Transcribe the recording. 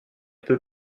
peu